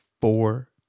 four